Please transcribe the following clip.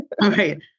Right